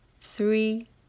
three